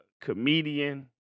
comedian